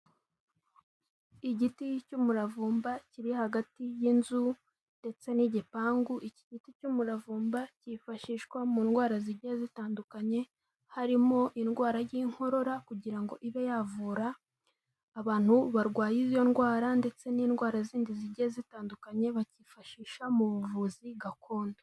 Igiti cy'umuravumba kiri hagati y'inzu ndetse n'igipangu, iki giti cy'umuravumba cyifashishwa mu ndwara zigiye zitandukanye harimo indwara y'inkorora kugira ngo ibe yavura abantu barwaye izo ndwara ndetse n'indwara zindi zigiye zitandukanye, bakifashisha mu buvuzi gakondo.